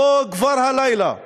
לבוא כבר הלילה לאום-אלחיראן.